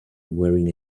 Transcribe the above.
wearing